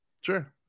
Sure